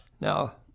Now